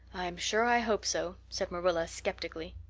i'm sure i hope so, said marilla skeptically.